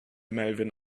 melvin